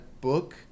book